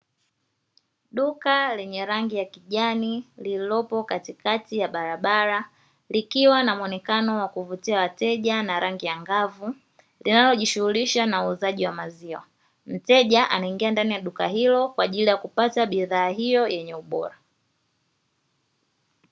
Duka lenye rangi ya kijani lililopo katikati ya bararabara, likiwa na muonekano wa kuvutia wateja na rangi ang'avu, linalo jishughulisha na uuzaji wa maziwa, mteja anaingia ndani duka hilo kwa ajili ya kupata bidhaa yenye ubora.